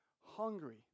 hungry